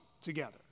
together